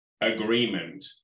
agreement